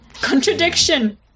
Contradiction